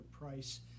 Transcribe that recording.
price